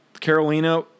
Carolina